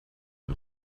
him